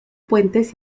puentes